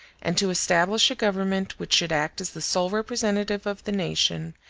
and to establish a government which should act as the sole representative of the nation,